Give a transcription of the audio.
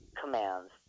commands